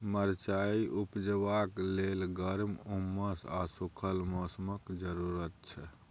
मरचाइ उपजेबाक लेल गर्म, उम्मस आ सुखल मौसमक जरुरत छै